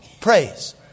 praise